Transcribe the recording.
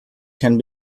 can